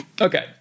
Okay